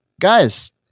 Guys